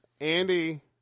Andy